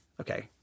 okay